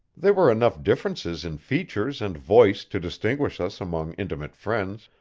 there were enough differences in features and voice to distinguish us among intimate friends,